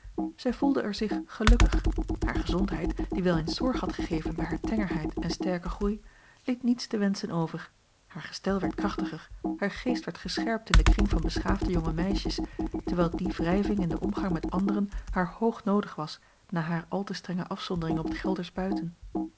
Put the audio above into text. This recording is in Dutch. zij voelde er zich gelukkig hare gezondheid die wel eens zorg had gegeven bij hare tengerheid en sterken groei liet niets te wenschen over haar gestel werd krachtiger haar geest werd gescherpt in den kring van beschaafde jonge meisjes terwijl die wrijving in den omgang met anderen haar hoog noodig was na hare al te strenge afzondering op het geldersch buiten